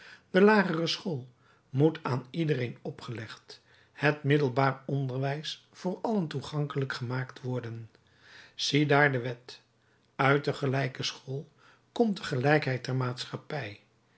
de lagere school moet aan iedereen opgelegd het middelbaar onderwijs voor allen toegankelijk gemaakt worden ziedaar de wet uit de gelijke school komt de gelijkheid der maatschappij